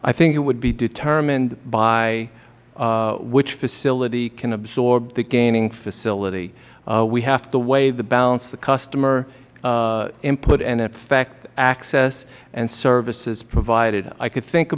i think it would be determined by which facility can absorb the gaining facility we have to weigh the balance of customer input and affect assets and services provided i could think